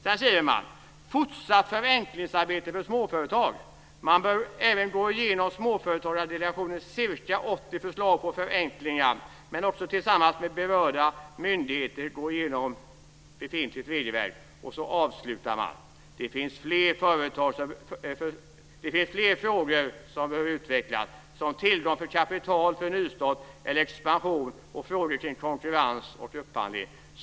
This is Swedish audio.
Vidare skriver man: "Fortsatt förenklingsarbete för småföretag Man bör även gå igenom Småföretagsdelegationens ca 80 förslag på förenklingar, men också tillsammans med berörda myndigheter gå igenom befintligt regelverk." Man avslutar: "Det finns fler frågor som behöver utvecklas, som tillgång till kapital för nystart eller expansion och frågor kring konkurrens och upphandling.